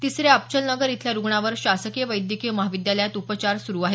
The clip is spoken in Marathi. तिसऱ्या अबचलनगर इथल्या रुग्णावर शासकीय वैद्यकीय महाविद्यालयात उपचार सुरु आहेत